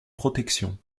protection